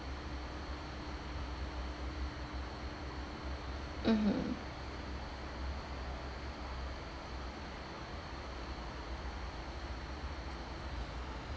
mmhmm